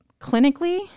clinically